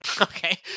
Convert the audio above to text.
Okay